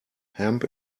hemp